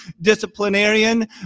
disciplinarian